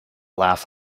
laugh